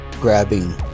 grabbing